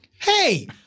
Hey